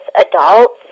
adults